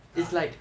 ah